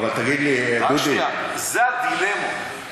אלה הדילמות.